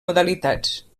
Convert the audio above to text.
modalitats